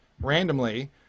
randomly